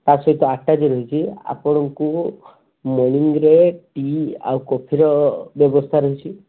ତା ସହିତ ଆଟାଚ୍ ରହିଛି ଆପଣଙ୍କୁ ମର୍ଣ୍ଣିଂରେ ଟି ଆଉ କଫିର ବ୍ୟବସ୍ଥା ରହିଛି